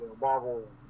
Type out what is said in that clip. Marvel